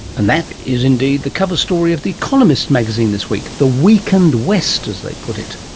and that is indeed the cover story of the economist magazine this week, the weakened west, as they put it.